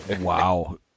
Wow